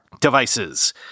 devices